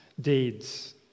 deeds